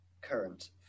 Current